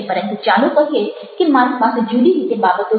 પરંતુ ચાલો કહીએ કે મારી પાસે જુદી રીતે બાબતો છે